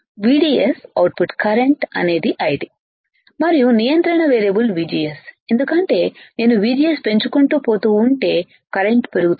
VDS output current అనేది ID మరియు నియంత్రణ వేరియబుల్ VGS ఎందుకంటే నేను VGS పెంచుకుంటూ పోతూ ఉంటే కరెంట్ పెరుగుతుంది